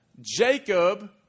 Jacob